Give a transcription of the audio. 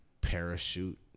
parachute